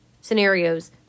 scenarios